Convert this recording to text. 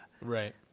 Right